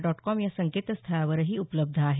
dot com या संकेतस्थळावरही उपलब्ध आहे